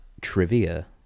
trivia